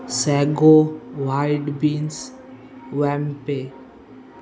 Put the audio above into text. sago white beans wampee